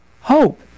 hope